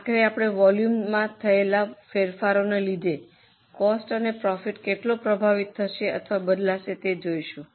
આખરે આપણે વોલ્યુમમાં થયેલા ફેરફારો ને લીધે કોસ્ટ અને પ્રોફિટ કેટલો પ્રભાવિત થશે અથવા બદલાશે તે જોઈશું